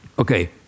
Okay